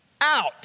out